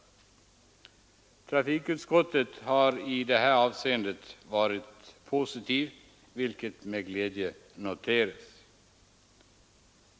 Trafikutskottet har i detta avseende varit positivt, vilket med glädje noteras.